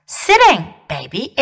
,sitting,baby